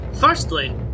Firstly